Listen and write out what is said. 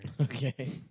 Okay